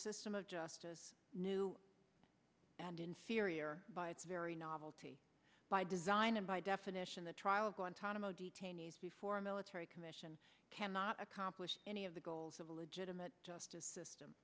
system of justice new and inferior by its very novelty by design and by definition the trial going tonto detainees before a military commission cannot accomplish any of the goals of a legitimate justice system